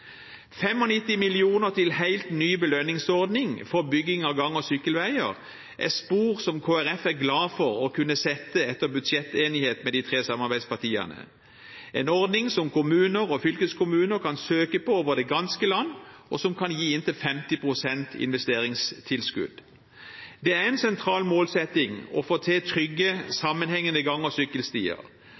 til helt ny belønningsordning for bygging av gang- og sykkelveier er spor som Kristelig Folkeparti er glad for å kunne sette etter budsjettenighet med de tre samarbeidspartiene, en ordning som kommuner og fylkeskommuner kan søke på over det ganske land, og som kan gi inntil 50 pst. investeringstilskudd. Det er en sentral målsetting å få til trygge, sammenhengende gang- og sykkelstier.